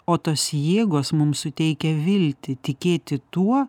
o tos jėgos mums suteikia viltį tikėti tuo